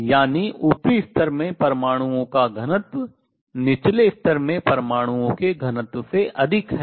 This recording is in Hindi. यानी ऊपरी स्तर में परमाणुओं का घनत्व निचले स्तर में परमाणुओं के घनत्व से अधिक है